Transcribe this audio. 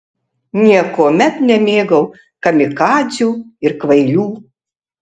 niekuomet nemėgau kamikadzių ir kvailių